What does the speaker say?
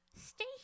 stay